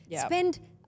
Spend